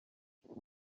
akora